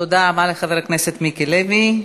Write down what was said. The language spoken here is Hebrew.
תודה רבה לחבר הכנסת מיקי לוי.